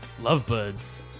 Lovebirds